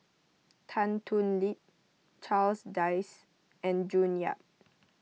Tan Thoon Lip Charles Dyce and June Yap